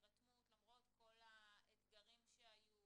הדיון ואני מתנצלת בפני האחרים שלא הספיקו לדבר,